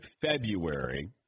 February